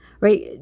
right